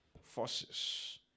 forces